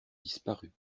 disparus